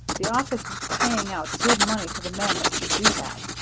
the office is paying out good money to the men that should do that.